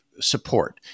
support